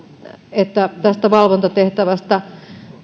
että tästä valvontatehtävästä